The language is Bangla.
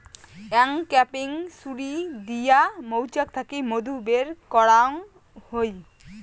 অংক্যাপিং ছুরি দিয়া মৌচাক থাকি মধু বের করাঙ হই